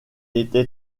était